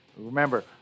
Remember